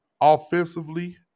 offensively